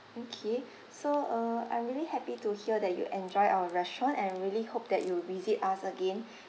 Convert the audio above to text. okay so uh I'm really happy to hear that you enjoy our restaurant and I really hope that you will visit us again